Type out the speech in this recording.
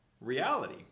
reality